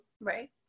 right